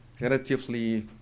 relatively